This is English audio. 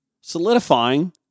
solidifying